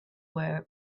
were